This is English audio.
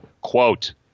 quote